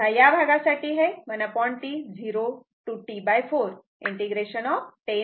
तेव्हा या भागासाठी हे 1T 0 ते T4 ∫ 10T4 t dt असे येईल